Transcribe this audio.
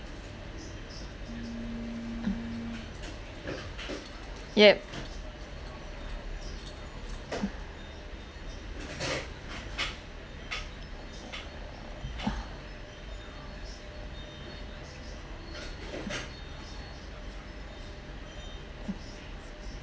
yep